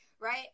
Right